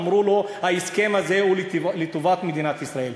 אמרו לו: ההסכם הזה הוא לטובת מדינת ישראל.